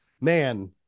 man